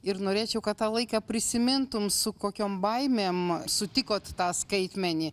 ir norėčiau kad tą laiką prisimintum su kokiom baimėm sutikot tą skaitmenį